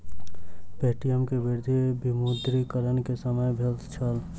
Paytm के वृद्धि विमुद्रीकरण के समय भेल छल